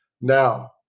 Now